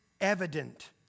evident